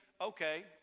Okay